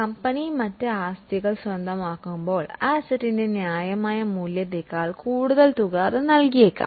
company മറ്റ് ആസ്തികൾ സ്വന്തമാക്കുമ്പോൾ ആ അസറ്റിന്റെ ന്യായമായ മൂല്യത്തേക്കാൾ കൂടുതൽ തുക അത് നൽകിയേക്കാം